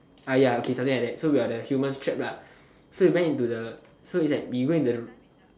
ah ya okay something like that so we are the humans trapped lah so we went into the so it's like we go into the